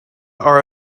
are